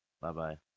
Bye-bye